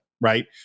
right